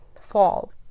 Fall